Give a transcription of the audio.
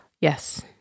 Yes